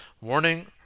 warning